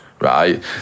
right